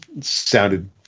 sounded